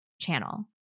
channel